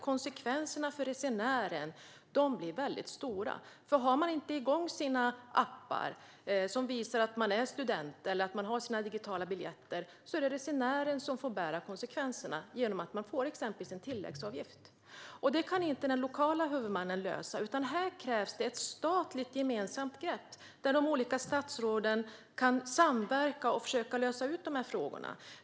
Konsekvenserna för resenärerna blir nämligen mycket stora. Har resenären inte sina appar igång, som till exempel visar att man är student eller att man har sina digitala biljetter, är det resenären som får ta konsekvenserna och exempelvis får en tilläggsavgift. Detta kan inte den lokala huvudmannen lösa. Här krävs det ett gemensamt statligt grepp, där de olika statsråden kan samverka och försöka lösa dessa frågor.